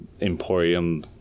Emporium